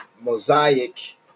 mosaic